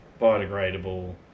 biodegradable